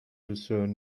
discern